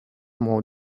more